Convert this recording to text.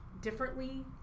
differently